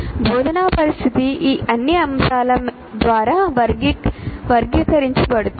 బోధనా పరిస్థితి ఈ అన్ని అంశాల ద్వారా వర్గీకరించబడుతుంది